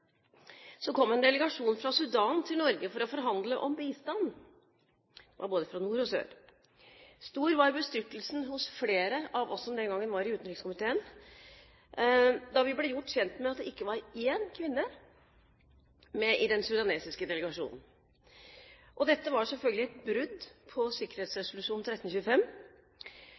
kom en delegasjon fra Sudan til Norge for å forhandle om bistand, den var fra både nord og sør. Stor var bestyrtelsen hos flere av oss som den gang var i utenrikskomiteen, da vi ble gjort kjent med at det ikke var én kvinne med i den sudanske delegasjonen. Dette var selvfølgelig et brudd på sikkerhetsresolusjon 1325.